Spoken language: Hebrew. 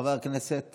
חבר הכנסת